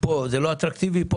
יש פה רגולטור מקצועי שבוחן את טובת